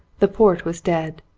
the port was dead,